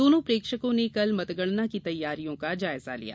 दोनों प्रेक्षकों ने कल मतगणना की तैयारियों की जायजा लिया